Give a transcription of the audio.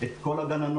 את כל הגננות,